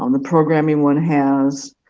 um the programming one has,